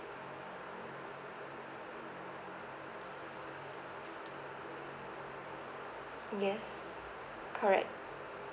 yes correct